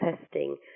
testing